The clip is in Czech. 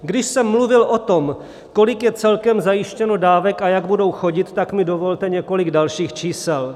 Když jsem mluvil o tom, kolik je celkem zajištěno dávek a jak budou chodit, tak mi dovolte několik dalších čísel.